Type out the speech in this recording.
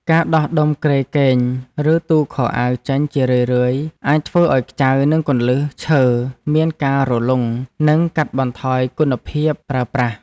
ការដោះដុំគ្រែគេងឬទូខោអាវចេញជារឿយៗអាចធ្វើឱ្យខ្ចៅនិងគន្លឹះឈើមានការរលុងនិងកាត់បន្ថយគុណភាពប្រើប្រាស់។